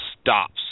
stops